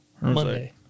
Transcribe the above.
Monday